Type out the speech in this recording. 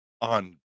on